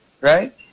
right